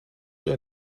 oder